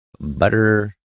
butter